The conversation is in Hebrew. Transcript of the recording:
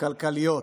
כלכליות